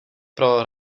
pro